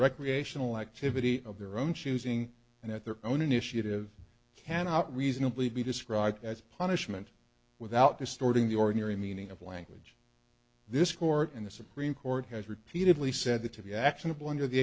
recreational activity of their own choosing and that their own initiative cannot reasonably be described as punishment without distorting the ordinary meaning of language this court in the supreme court has repeatedly said that to be actionable under the